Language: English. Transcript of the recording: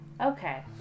Okay